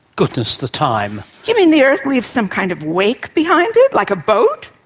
goodness, the time. you mean the earth leaves some kind of wake behind it, like a boat?